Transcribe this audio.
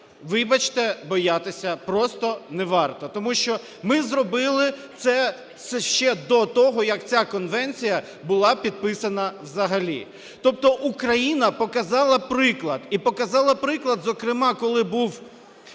вибачте, боятися просто не варто. Тому що ми зробили це ще до того, як ця конвенція була підписана взагалі. Тобто Україна показала приклад і показала приклад зокрема, коли був